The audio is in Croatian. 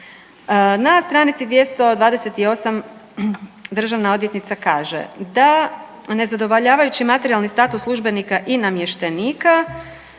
Na stranici 228. državna odvjetnica kaže da nezadovoljavajući materijalni status službenika i namještenika